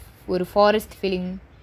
ஒரு:oru forest film